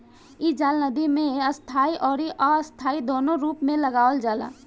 इ जाल नदी में स्थाई अउरी अस्थाई दूनो रूप में लगावल जाला